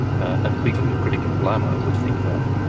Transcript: and people who are critical of lamo would think that.